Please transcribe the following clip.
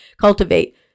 cultivate